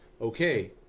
okay